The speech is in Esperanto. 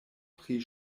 pri